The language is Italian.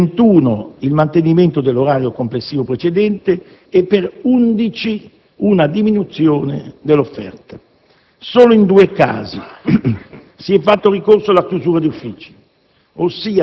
per 21 il mantenimento dell'orario complessivo precedente e per 11 una diminuzione dell'offerta. Solo in 2 casi si è fatto ricorso alla chiusura di uffici,